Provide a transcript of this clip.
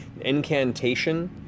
incantation